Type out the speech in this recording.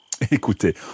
Écoutez